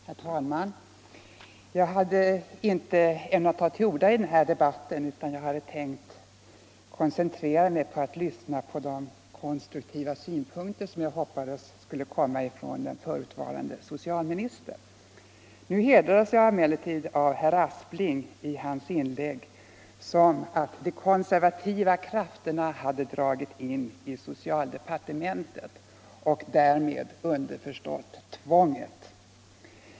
Herr talman! Jag hade inte ämnat ta till orda i den här debatten, utan Allmänpolitisk debatt Allmänpolitisk debatt jag hade tänkt koncentrera mig på att lyssna till de konstruktiva synpunkter som jag hoppades skulle komma från den förutvarande socialministern. Nu hedrades jag emellertid av herr Aspling med att han i sitt inlägg sade att de konservativa krafterna hade dragit in i socialdepartementet — och därmed underförstått tvånget.